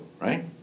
right